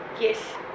yes